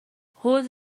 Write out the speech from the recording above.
حوض